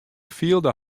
fielde